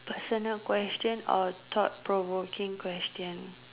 personal question or thought provoking question